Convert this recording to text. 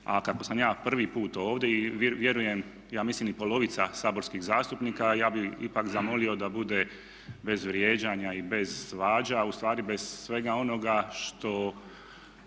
A kako sam ja prvi put ovdje vjerujem, ja mislim i polovica saborskih zastupnika, ja bih ipak zamolio da bude bez vrijeđanja i bez svađa, ustvari bez svega onoga što,